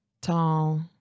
tall